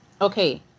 Okay